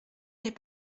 n’est